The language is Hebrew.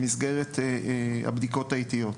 במסגרת הבדיקות האיטיות.